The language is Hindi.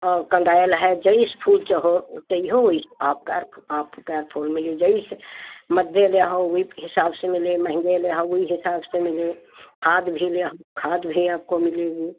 और कंदैल है जईस फूल चहो चहिओ आप का आपका फूल मिली जईस मद्दे लेहओ वई हिसाब से मिलिहे महंगे लेहओ वही हिसाब से मिलही खाद भी लेहओ खाद भी आपको मिलेगी